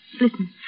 Listen